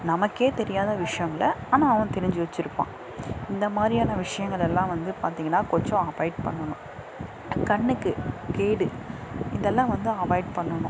நமக்கே தெரியாத விஷயங்கள ஆனால் அவன் தெரிஞ்சு வெச்சுருப்பான் இந்த மாதிரியான விஷியங்களெல்லாம் வந்து பார்த்தீங்கனா கொஞ்சம் அவாய்ட் பண்ணணும் கண்ணுக்கு கேடு இதெல்லாம் வந்து அவாய்ட் பண்ணணும்